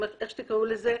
או איך שתקראו לזה,